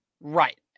Right